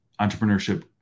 entrepreneurship